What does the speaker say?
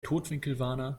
totwinkelwarner